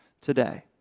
today